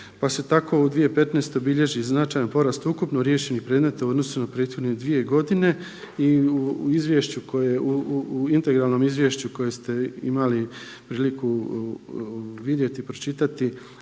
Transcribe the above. pa se tako u 2015. bilježi značajan porast ukupno riješenih predmeta u odnosu na prethodne dvije godine i u izvješću koje je, u integralnom izvješću koje ste imali priliku vidjeti, pročitati